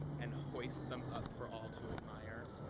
and hoist them up for all to admire.